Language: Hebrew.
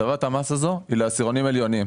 הטבת המס הזו היא לעשירונים עליונים,